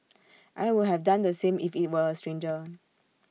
I would have done the same if IT were A stranger